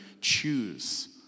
choose